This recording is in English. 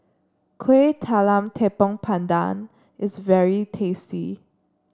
Kueh Talam Tepong Pandan is very tasty